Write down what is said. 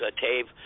Tave